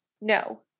No